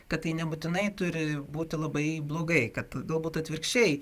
kad tai nebūtinai turi būti labai blogai kad galbūt atvirkščiai